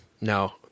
no